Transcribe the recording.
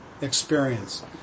experience